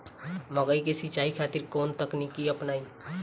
मकई के सिंचाई खातिर कवन तकनीक अपनाई?